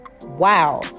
Wow